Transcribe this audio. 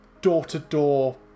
door-to-door